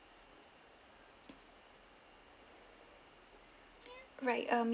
right um